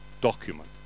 document